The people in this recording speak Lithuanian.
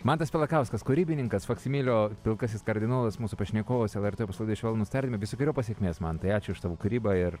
mantas pelakauskas kūrybininkas faksimilio pilkasis kardinolas mūsų pašnekovas lrt opus laidaoje švelnūs tardymai visokeriopos sėkmės mantai ačiū už tavo kūrybą ir